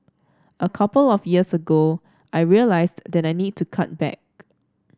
a couple of years ago I realised that I needed to cut back